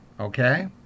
okay